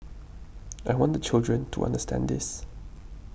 I want the children to understand this